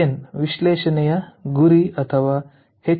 N ವಿಶ್ಲೇಷಣೆಯ ಗುರಿ ಅಥವಾ ಎಚ್